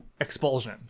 expulsion